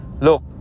Look